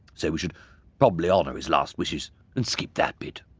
so we should probably honour his last wishes and skip that bit.